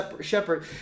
shepherd